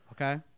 okay